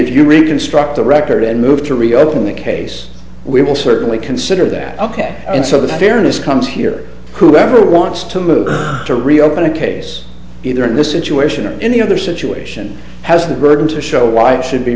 if you reconstruct the record and move to reopen the case we will certainly consider that ok and so the fairness comes here whoever wants to move to reopen a case either in this situation or any other situation has the burden to show why it should be